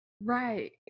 right